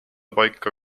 paika